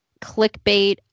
clickbait